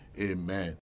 Amen